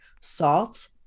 salt